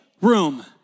room